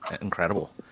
Incredible